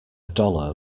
dollar